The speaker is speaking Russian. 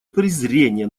презрения